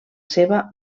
seva